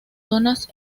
zonas